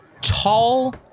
tall